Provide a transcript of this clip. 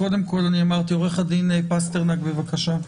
עו"ד פסטרנק, בבקשה.